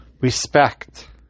respect